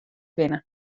binne